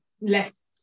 less